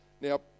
now